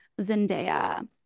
zendaya